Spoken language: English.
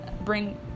bring